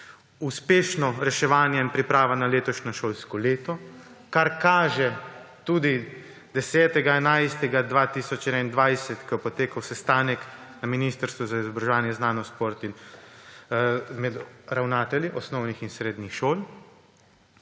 uspešnem reševanju in pripravi na letošnje šolsko leto, kar kaže tudi 10. 11. 2021, ko je potekal sestanek na Ministrstvu za izobraževanje, znanost in šport z ravnatelji osnovnih in srednjih šol,